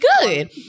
good